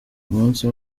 umunsi